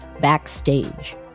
Backstage